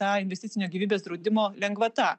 ta investicinio gyvybės draudimo lengvata